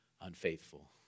unfaithful